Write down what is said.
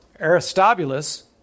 Aristobulus